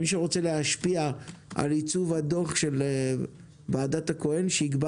מי שרוצה להשפיע על עיצוב הדוח של ועדת הכהן שיקבע